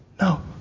no